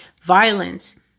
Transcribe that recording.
violence